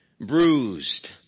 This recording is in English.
bruised